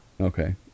Okay